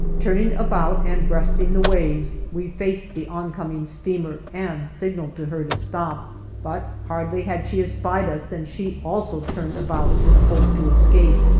turning about and breasting the waves we faced the oncoming steamer and signaled to her to stop but hardly had she espied us than she also turned about in the hope to escape.